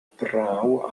braw